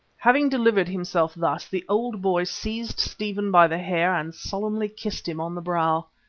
having delivered himself thus, the old boy seized stephen by the hair and solemnly kissed him on the brow.